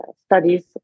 studies